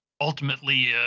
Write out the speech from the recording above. ultimately